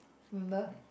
remember